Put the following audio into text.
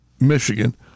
Michigan